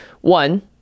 one